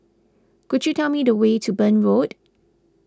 could you tell me the way to Burn Road